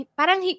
parang